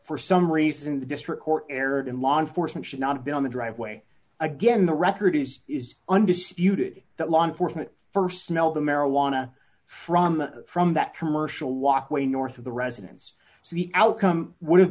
for some reason the district court erred in law enforcement should not be on the driveway again the record is is undisputed that law enforcement st smell the marijuana from from that commercial walkway north of the residence so the outcome would have